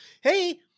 Hey